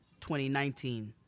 2019